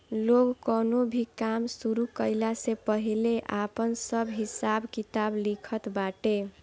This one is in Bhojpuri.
लोग कवनो भी काम शुरू कईला से पहिले आपन सब हिसाब किताब लिखत बाटे